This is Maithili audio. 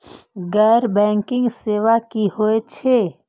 गैर बैंकिंग सेवा की होय छेय?